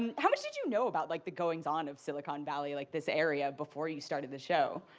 and how much did you know about like the goings-on of silicon valley, like this area, before you started the show?